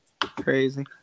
Crazy